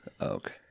okay